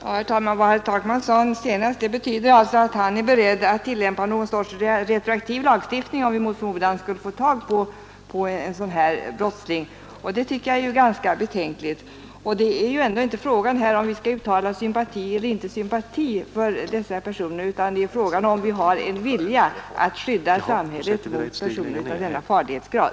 Herr talman! Vad herr Takman sade nu senast betyder att han är beredd att tillämpa någon sorts retroaktiv lagstiftning, om vi mot förmodan skulle få tag på en sådan brottsling. Det tycker jag är ganska betänkligt. Det är ju här inte fråga om att uttala sympati eller inte sympati för dessa personer. Vad det gäller är om vi har en vilja att skydda samhället mot människor av denna farlighetsgrad.